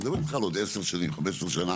אני מדבר איתך בעוד 10 שנים 15 שנים,